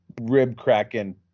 rib-cracking